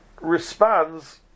responds